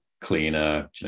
cleaner